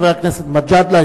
חבר הכנסת מג'אדלה,